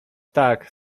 tak